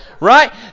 Right